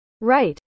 right